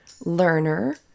learner